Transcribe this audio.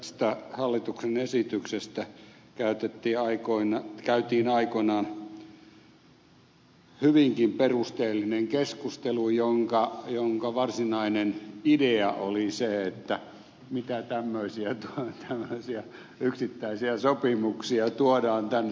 tästä hallituksen esityksestä käytiin aikoinaan hyvinkin perusteellinen keskustelu jonka varsinainen idea oli se että mitä tämmöisiä yksittäisiä sopimuksia tuodaan tänne